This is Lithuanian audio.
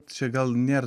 čia gal nėr